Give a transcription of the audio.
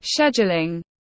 scheduling